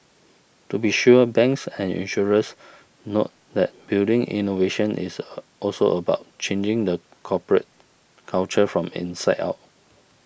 to be sure banks and insurers note that building innovation is also about changing the corporate culture from inside out